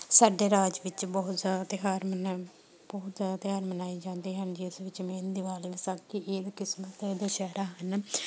ਸਾਡੇ ਰਾਜ ਵਿੱਚ ਬਹੁਤ ਜ਼ਿਆਦਾ ਤਿਉਹਾਰ ਮਨਾ ਬਹੁਤ ਜ਼ਿਆਦਾ ਤਿਉਹਾਰ ਮਨਾਏ ਜਾਂਦੇ ਹਨ ਜਿਸ ਵਿੱਚ ਮੇਨ ਦੀਵਾਲੀ ਵਿਸਾਖੀ ਈਦ ਕ੍ਰਿਸ਼ਮਿਸ ਅਤੇ ਦੁਸਹਿਰਾ ਹਨ